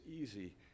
easy